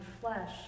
flesh